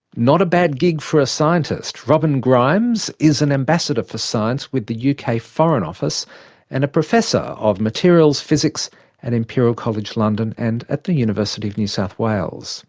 not a bad gig for a scientist. robin grimes is an ambassador for science with the yeah uk foreign office and a professor of materials physics at imperial college london and at the university of new south wales